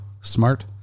smart